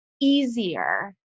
easier